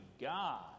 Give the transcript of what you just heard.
God